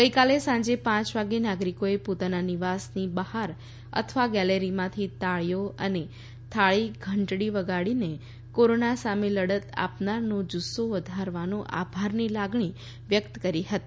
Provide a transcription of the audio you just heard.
ગઈકાલે સાંજે પાંચ વાગે નાગરિકોએ પોતાના નિવાસની બહાર અથવા ગેલેરીમાંથી તાળી અને થાળી ઘંટડી વગાડીને કોરોના સામે લડત આપનારનો જુસ્સો વધારવા આભારની લાગણી વ્યક્ત કરી હતી